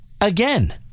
again